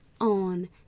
on